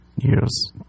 years